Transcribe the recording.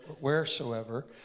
wheresoever